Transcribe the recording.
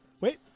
Wait